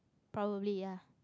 probably ya